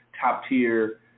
top-tier